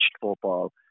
football